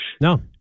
No